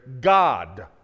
god